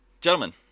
Gentlemen